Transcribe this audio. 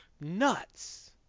nuts